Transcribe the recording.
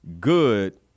good